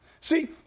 See